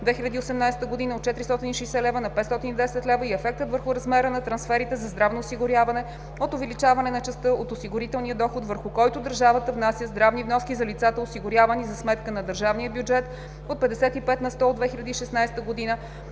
2018 г. от 460 лв. на 510 лв. и ефектът върху размера на трансферите за здравно осигуряване от увеличаване на частта от осигурителния доход, върху който държавата внася здравни вноски за лицата, осигурявани за сметка на държавния бюджет от 55 на сто от 2016 г.